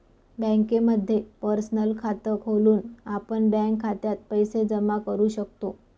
बँकेमध्ये पर्सनल खात खोलून आपण बँक खात्यात पैसे जमा करू शकतो